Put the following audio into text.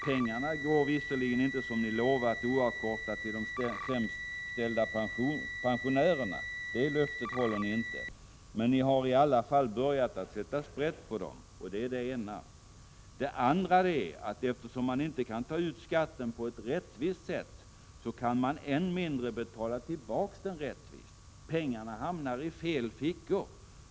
Pengarna går visserligen inte oavkortat till de sämst ställda pensionärerna — det löftet håller ni inte. Men ni har i alla fall börjat sätta sprätt på dem. Den andra komplikationen är att eftersom man inte kan ta ut skatten på ett rättvist sätt, så kan man än mindre betala tillbaka den rättvist. Pengarna hamnar i fel fickor.